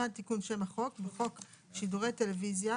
תיקון שם החוק 1.בחוק שידורי טלוויזיה